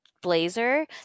blazer